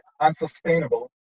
unsustainable